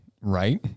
right